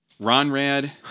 Ronrad